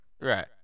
Right